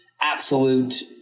absolute